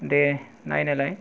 दे नायनायलाय